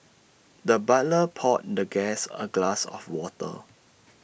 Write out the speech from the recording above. the butler poured the guest A glass of water